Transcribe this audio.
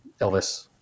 Elvis